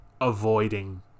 Avoiding